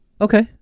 Okay